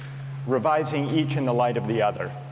revising each in the light of the other